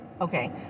Okay